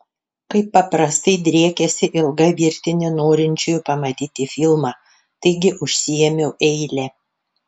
kaip paprastai driekėsi ilga virtinė norinčiųjų pamatyti filmą taigi užsiėmiau eilę